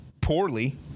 poorly